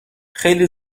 خیلی